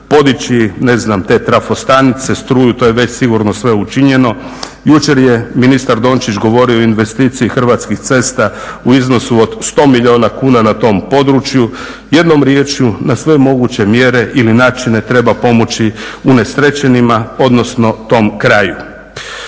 podići ne znam te trafostanice, struju. To je već sigurno sve učinjeno. Jučer je ministar Dončić govorio o investiciji Hrvatskih cesta u iznosu od 100 milijuna kuna na tom području, jednom riječju na sve moguće mjere ili načine treba pomoći unesrećenima odnosno tom kraju.